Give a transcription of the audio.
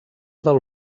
del